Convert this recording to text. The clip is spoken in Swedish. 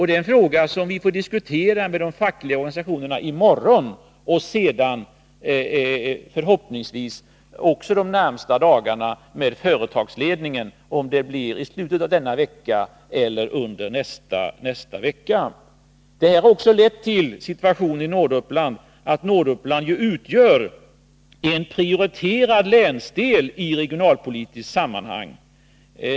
Det är en fråga som vi får diskutera med de fackliga organisationerna i morgon och förhoppningsvis också inom de närmaste dagarna med företagsledningen — antingen i slutet av denna vecka eller i början av nästa vecka. Situationen i Norduppland har också medfört att Norduppland blivit en prioriterad länsdel i regionalpolitiska sammanhang.